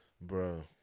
Bro